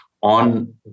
on